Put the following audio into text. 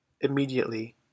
Immediately